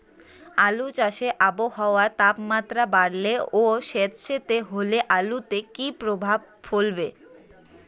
আলু চাষে আবহাওয়ার তাপমাত্রা বাড়লে ও সেতসেতে হলে আলুতে কী প্রভাব ফেলবে?